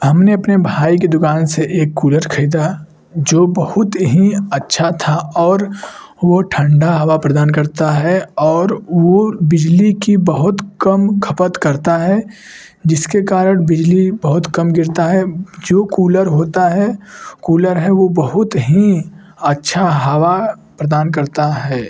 हमने अपने भाई की दुकान से एक कूलर खरीदा जो बहुत ही अच्छा था और वह ठंडा हवा प्रदान करता है और वह बिजली की बहुत कम खपत करता है जिसके कारण बिजली बहुत कम गिरता है जो कूलर होता है कूलर है वो बहुत ही अच्छा हवा प्रदान करता है